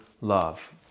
love